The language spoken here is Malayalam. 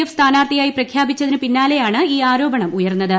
എഫ് സ്ഥാനാർഥിയായി പ്രഖ്യാപിച്ചതിന് പിന്നാലെയാണ് ഈ ആരോപണം ഉയർന്നത്